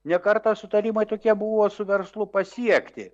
ne kartą sutarimai tokie buvo su verslu pasiekti